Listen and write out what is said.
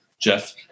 Jeff